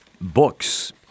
books